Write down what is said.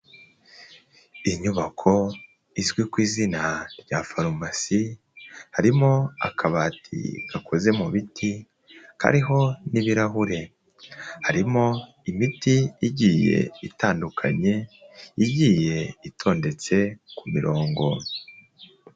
Inyubako izwi ku izina rya farumasi harimo akabati gakoze mu biti kariho n'ibirahure, harimo imiti igiye itandukanye, igiye itondetse ku mirongo.